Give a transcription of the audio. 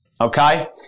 okay